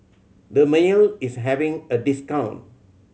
Dermale is having a discount